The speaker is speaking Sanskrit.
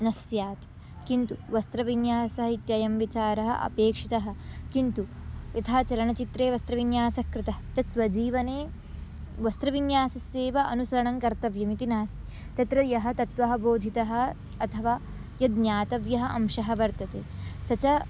न स्यात् किन्तु वस्त्रविन्यासम् इत्ययं विचारः अपेक्षितः किन्तु यथा चलनचित्रे वस्त्रविन्यासः कृतः तत्स्वजीवने वस्त्रविन्यासस्येव अनुसरणं कर्तव्यम् इति नास् तत्र यः तत्त्वः बोधितः अथवा यद् ज्ञातव्यः अंशः वर्तते स च